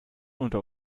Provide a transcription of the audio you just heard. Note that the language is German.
unter